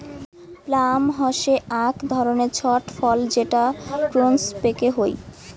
plum হসে আক ধরণের ছট ফল যেটা প্রুনস পেকে হই